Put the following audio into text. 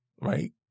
right